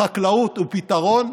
החקלאות היא פתרון,